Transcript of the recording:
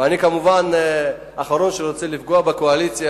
ואני האחרון שרוצה לפגוע בקואליציה,